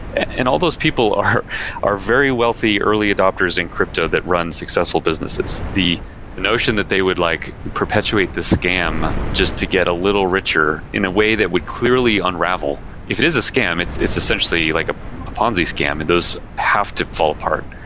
and all those people are are very wealthy early adopters in crypto that run successful businesses. the notion that they would like perpetuate the scam just to get a little richer in a way that would clearly unravel, if it is a scam, it's it's essentially like a a ponzi scam and those have to fall apart.